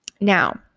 Now